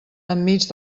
enmig